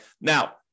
Now